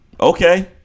Okay